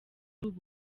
muri